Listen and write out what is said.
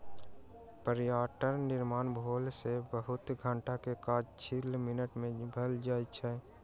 प्लांटरक निर्माण भेला सॅ बहुत घंटा के काज किछ मिनट मे भ जाइत छै